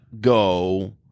go